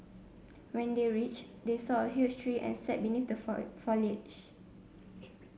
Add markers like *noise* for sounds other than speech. when they reached they saw a huge tree and sat beneath the *unintelligible* foliage